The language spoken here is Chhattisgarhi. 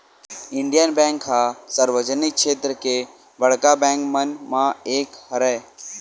इंडियन बेंक ह सार्वजनिक छेत्र के बड़का बेंक मन म एक हरय